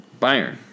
Bayern